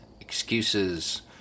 excuses